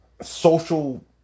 social